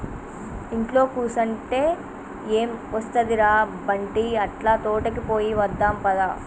ఇంట్లో కుసంటే ఎం ఒస్తది ర బంటీ, అట్లా తోటకి పోయి వద్దాం పద